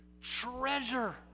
treasure